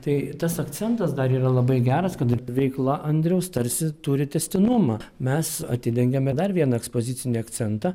tai tas akcentas dar yra labai geras kad ir veikla andriaus tarsi turi tęstinumą mes atidengiame dar vieną ekspozicinį akcentą